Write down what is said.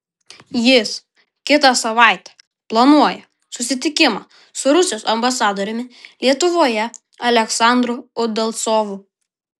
jis kitą savaitę planuoja susitikimą su rusijos ambasadoriumi lietuvoje aleksandru udalcovu